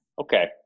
okay